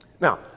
Now